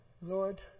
Lord